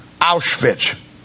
Auschwitz